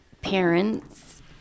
parents